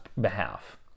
behalf